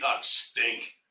stink